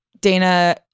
Dana